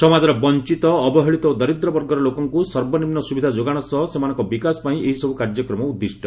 ସମାଜର ବଂଚିତ ଅବହେଳିତ ଓ ଦରିଦ୍ର ବର୍ଗର ଲୋକଙ୍କୁ ସର୍ବନିମ୍ନ ସୁବିଧା ଯୋଗାଣ ସହ ସେମାନଙ୍କ ବିକାଶ ପାଇଁ ଏହିସବୁ କାର୍ଯ୍ୟକ୍ରମ ଉଦ୍ଦିଷ୍ଟ